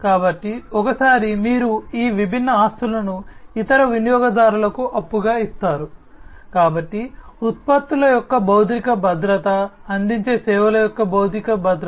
కాబట్టి ఒకసారి మీరు ఈ విభిన్న ఆస్తులను ఇతర వినియోగదారులకు అప్పుగా ఇస్తారు కాబట్టి ఉత్పత్తుల యొక్క భౌతిక భద్రత అందించే సేవల యొక్క భౌతిక భద్రత